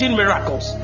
miracles